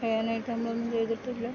അതിനായിട്ടൊന്നും ചെയ്തിട്ടില്ല